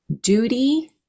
duty